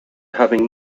having